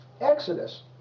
exodus